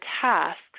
tasks